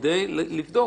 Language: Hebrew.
כדי לבדוק.